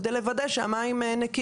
על מנת לוודא שהמים נקיים.